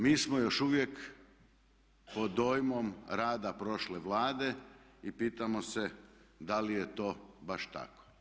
Mi smo još uvijek pod dojmom rada prošle Vlade i pitamo se da li je to baš tako.